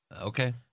Okay